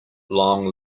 long